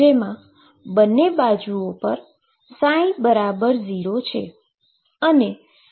જેમા બંને બાજુઓ પર ψ0 છે